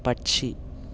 പക്ഷി